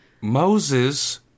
Moses